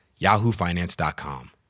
yahoofinance.com